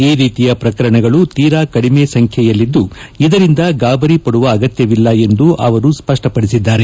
ಈ ರೀತಿಯ ಪ್ರಕರಣಗಳು ತೀರಾ ಕಡಿಮೆ ಸಂಚ್ಯೆಯಲ್ಲಿದ್ದು ಇದರಿಂದ ಗಾಬರಿ ಪಡುವ ಅಗತ್ಯವಿಲ್ಲ ಎಂದು ಅವರು ಸ್ಪಷ್ಷಪಡಿಸಿದ್ದಾರೆ